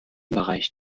bereich